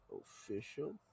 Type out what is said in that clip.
official